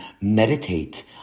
meditate